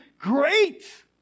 Great